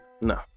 no